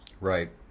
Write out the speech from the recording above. right